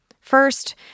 First